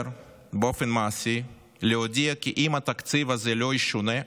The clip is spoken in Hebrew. באופן מעשי זה אומר להודיע כי אם התקציב הזה לא ישונה,